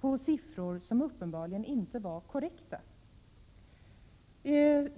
på siffror som uppenbarligen inte varit korrekta.